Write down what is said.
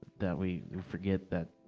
we forget them.